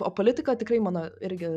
o politika tikrai mano irgi